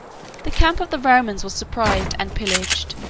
the camp of the romans was surprised and pillaged,